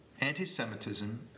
Anti-Semitism